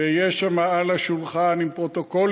ויהיו שם על השולחן פרוטוקולים,